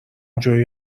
جویی